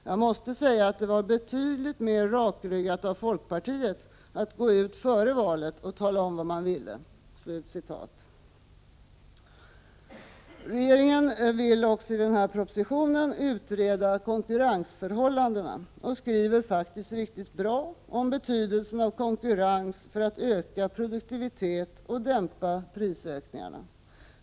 Jag måste säga att det var betydligt mer rakryggat av folkpartiet att gå ut före valet och tala om vad man ville.” Regeringen vill också enligt propositionen utreda konkurrensförhållandena, och man skriver faktiskt riktigt bra om betydelsen av konkurrens för att öka produktivitet och dämpa prisökningarna.